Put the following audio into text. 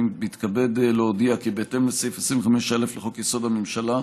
אני מתכבד להודיע כי בהתאם לסעיף 25(א) לחוק-יסוד: הממשלה,